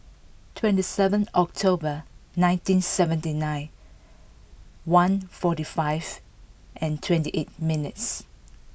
twenty seven October nineteen seventy nine one forty five and twenty eight minutes